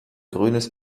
grünes